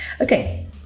Okay